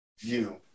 view